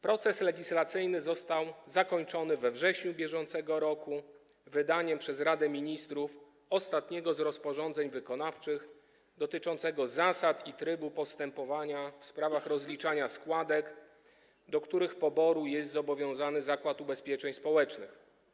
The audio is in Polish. Proces legislacyjny został zakończony we wrześniu br. wydaniem przez Radę Ministrów ostatniego z rozporządzeń wykonawczych, dotyczącego zasad i trybu postępowania w sprawach rozliczania składek, do których poboru jest zobowiązany Zakład Ubezpieczeń Społecznych.